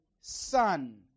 son